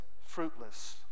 fruitless